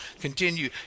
continue